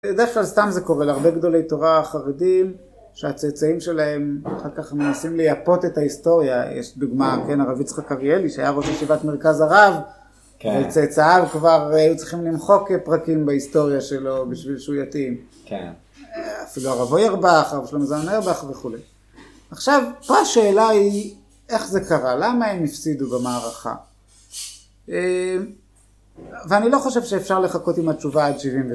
בדרך כלל סתם זה קורה, להרבה גדולי תורה חרדים שהצאצאים שלהם אחר כך מנסים לייפות את ההיסטוריה. יש דוגמה, כן, הרב צחק אריאלי שהיה ראש ישיבת מרכז הרב וצאצאיו כבר היו צריכים למחוק פרקים בהיסטוריה שלו בשביל שיתאים. כן. אפילו הרבו אויירבך, הרב שלמה זמן אויירבך וכולי. עכשיו, פה השאלה היא, איך זה קרה? למה הם הפסידו במערכה? ואני לא חושב שאפשר לחכות עם התשובה עד שבעים ושבע.